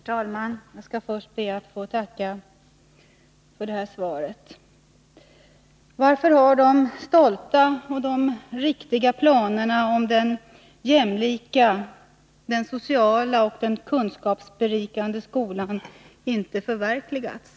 Herr talman! Jag skall först be att få tacka för detta svar. Varför har de stolta och riktiga planerna om den jämlika, den sociala och den kunskapsberikande skolan inte förverkligats?